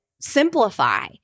simplify